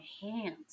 hands